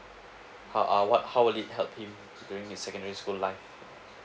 ho~ uh what how will it help him during the secondary school life